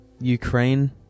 Ukraine